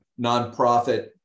nonprofit